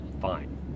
fine